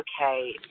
okay